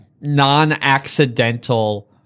non-accidental